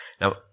Now